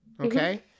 Okay